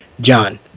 John